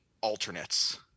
alternates